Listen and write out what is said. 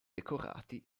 decorati